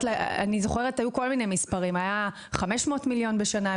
אני זוכרת שהיו כל מיני מספרים: 500 מיליון בשנה,